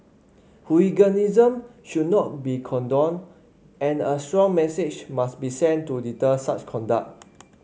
hooliganism should not be condoned and a strong message must be sent to deter such conduct